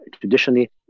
Traditionally